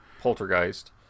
Poltergeist